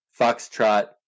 foxtrot